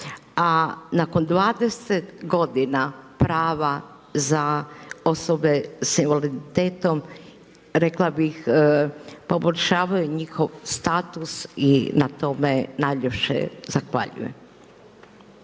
A nakon 20 godina prava za osobe sa invaliditetom, rekla bih poboljšavaju njihov status i na tome najljepše zahvaljujem.